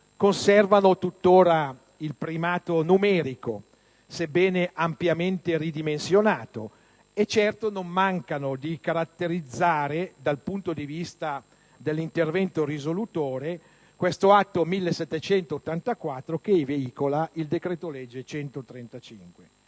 conservano tuttora il primato numerico, sebbene ampiamente ridimensionato, e certo non mancano di caratterizzare, dal punto di vista dell'intervento risolutore, l'Atto Senato n. 1784 che veicola il decreto-legge 25